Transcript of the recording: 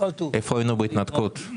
איפה היינו בהתנתקות.